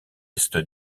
est